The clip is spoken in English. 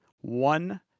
one